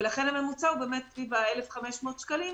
ולכן הממוצע הוא סביב 1,500 שקלים,